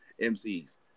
MCs